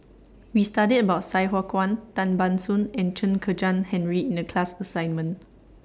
We studied about Sai Hua Kuan Tan Ban Soon and Chen Kezhan Henri in The class assignment